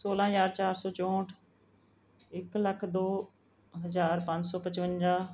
ਸੋਲ੍ਹਾਂ ਹਜ਼ਾਰ ਚਾਰ ਸੌ ਚੌਂਹਠ ਇੱਕ ਲੱਖ ਦੋ ਹਜ਼ਾਰ ਪੰਜ ਸੌ ਪਚਵੰਜਾ